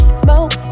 smoke